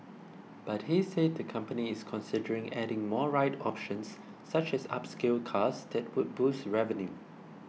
but he said the company is considering adding more ride options such as upscale cars that would boost revenue